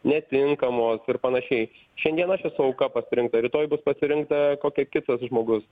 netinkamos ir panašiai šiandien aš esu auka pasirinkta rytoj bus pasirinkta kokia kitas žmogus